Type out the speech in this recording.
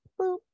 boop